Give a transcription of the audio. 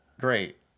great